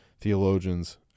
theologians